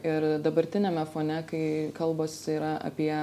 ir dabartiniame fone kai kalbos yra apie